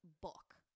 book